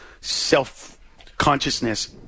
self-consciousness